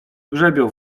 grzebią